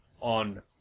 on